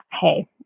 hey